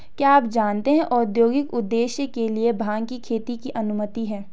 क्या आप जानते है औद्योगिक उद्देश्य के लिए भांग की खेती की अनुमति है?